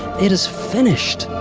it is finished!